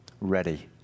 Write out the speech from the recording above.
ready